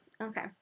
Okay